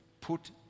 put